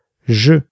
Je